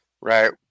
right